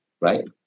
right